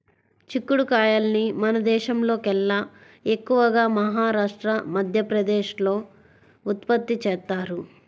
చిక్కుడు కాయల్ని మన దేశంలోకెల్లా ఎక్కువగా మహారాష్ట్ర, మధ్యప్రదేశ్ లో ఉత్పత్తి చేత్తారు